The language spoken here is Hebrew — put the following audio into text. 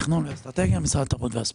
תכנון ואסטרטגיה, משרד התרבות והספורט.